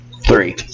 Three